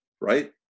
right